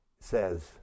says